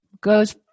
Goes